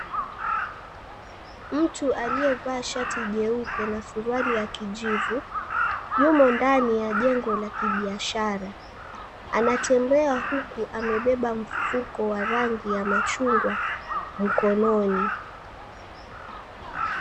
Mtu aliyevaa shati jeupe na suruali ya kijivu yumo ndani ya jengo la kibiasahara, anatembea huku amebeba mfuko wa rangi ya machungwa mkononi.